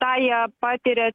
tą jie patiria